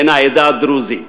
בן העדה הדרוזית.